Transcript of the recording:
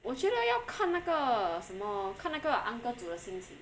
我觉得要看那个什么看那个 uncle 煮的心情